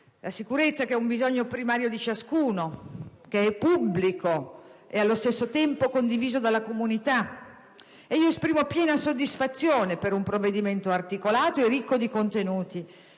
La sicurezza è un bisogno primario di ciascuno, pubblico e allo stesso tempo condiviso dalla comunità. Esprimo piena soddisfazione per un provvedimento articolato e ricco di contenuti,